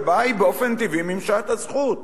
שבה היא באופן טבעי מימשה את הזכות.